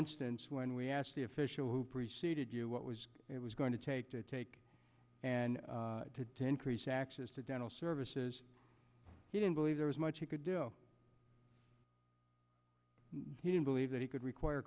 instance when we asked the official who preceded you what was it was going to take to take and to encrease access to dental services i didn't believe there was much he could do he didn't believe that he could require